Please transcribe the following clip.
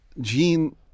Gene